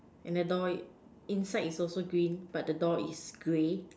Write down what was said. and the door inside is also green but the door is grey